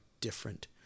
different